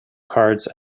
cards